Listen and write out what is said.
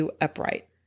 upright